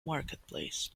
marketplace